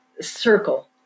circle